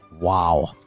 Wow